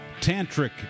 tantric